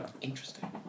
Interesting